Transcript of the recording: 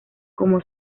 como